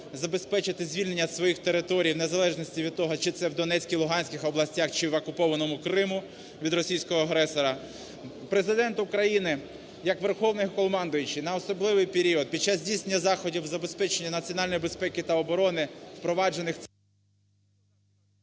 забезпечити звільнення своїх територій в незалежності від того чи це в Донецькій, Луганській областях, чи в окупованому Криму від російського агресора. Президент України як Верховний Головнокомандувач на особливий період під час здійснення заходів забезпечення національної безпеки та оборони, впроваджених…